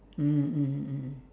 mmhmm mmhmm mm